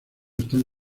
están